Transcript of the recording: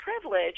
privilege